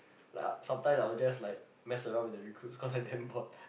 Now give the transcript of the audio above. like sometimes I will just like mess around with the recruits cause I damn bored